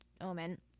omen